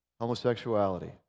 homosexuality